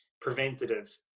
preventative